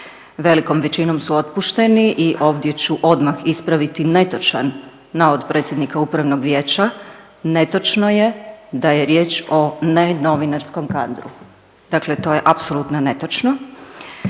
velikom većinom su otpušteni i ovdje ću odmah ispraviti netočan navod predsjednika Upravnog vijeća, netočno je da je riječ o nenovinarskom kadru. Dakle, to je apsolutno netočno.